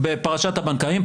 בפרשת הבנקאים.